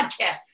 podcast